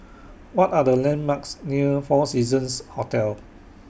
What Are The landmarks near four Seasons Hotel